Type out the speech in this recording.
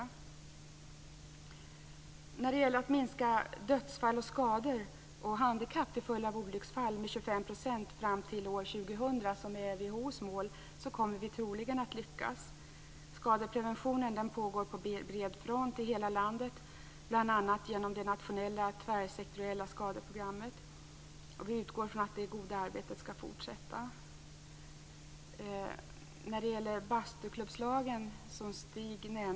Vi kommer troligen att lyckas med att minska dödsfall, skador och handikapp till följd av olycksfall med 25 % fram till år 2000 - WHO:s mål. Skadeprevention pågår på bred front i hela landet, bl.a. i det nationella tvärsektoriella skadeprogrammet. Vi utgår från att det goda arbetet skall fortsätta. Stig Sandström nämnde bastuklubbslagen.